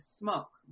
smoke